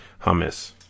hummus